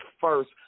first